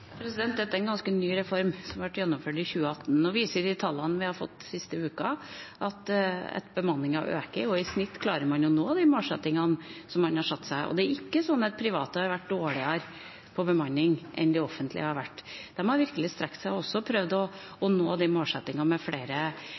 Dette er en ganske ny reform, som ble gjennomført i 2018. Nå viser de tallene vi har fått siste uka, at bemanningen øker, og i snitt klarer man å nå de målsettingene som man har satt seg. Det er ikke sånn at private har vært dårligere på bemanning enn det de offentlige har vært. De har virkelig strukket seg og prøvd å nå målsettingen om flere fagansatte. Så handler det også om å ha de